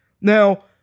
Now